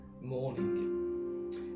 morning